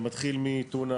זה מתחיל מטונה,